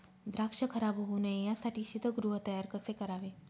द्राक्ष खराब होऊ नये यासाठी शीतगृह तयार कसे करावे?